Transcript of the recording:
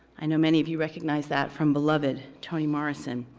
i know many of you recognize that from beloved toni morrison,